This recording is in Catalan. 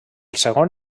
segon